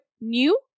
New